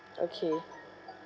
okay